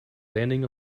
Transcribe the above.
landing